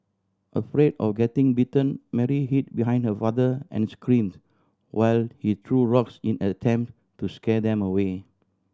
afraid of getting bitten Mary hid behind her father and screamed while he threw rocks in an attempt to scare them away